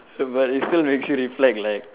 but it still makes you reflect like